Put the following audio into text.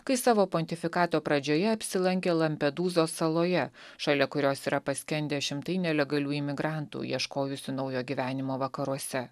kai savo pontifikato pradžioje apsilankė lampedūzos saloje šalia kurios yra paskendę šimtai nelegalių imigrantų ieškojusių naujo gyvenimo vakaruose